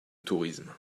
tourisme